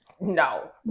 No